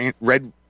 red